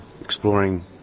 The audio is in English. exploring